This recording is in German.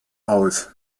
aus